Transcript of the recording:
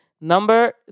Number